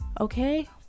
Okay